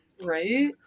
Right